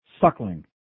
suckling